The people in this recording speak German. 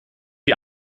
die